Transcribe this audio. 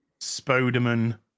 Spodeman